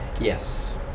Yes